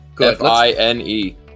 F-I-N-E